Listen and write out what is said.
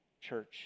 church